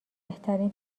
ترین